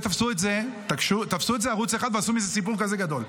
תפסו את זה ערוץ 1 ועשו מזה סיפור כזה גדול.